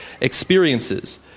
experiences